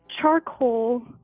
charcoal